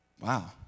Wow